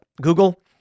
Google